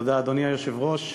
אדוני היושב-ראש,